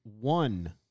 one